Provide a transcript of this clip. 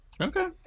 Okay